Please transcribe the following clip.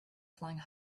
flying